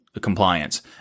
compliance